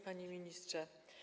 Panie Ministrze!